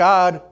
God